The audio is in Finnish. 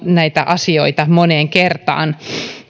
näitä asioita moneen kertaan